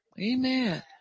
Amen